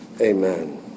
Amen